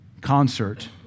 concert